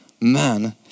Man